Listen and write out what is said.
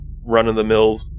run-of-the-mill